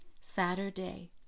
Saturday